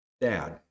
dad